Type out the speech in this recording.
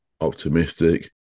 optimistic